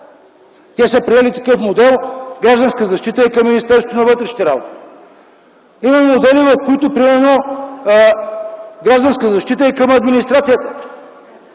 те са приели такъв модел, а „Гражданска защита” е към Министерството на вътрешните работи. Има модели, в които примерно „Гражданска защита” е към администрацията.